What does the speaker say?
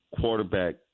quarterback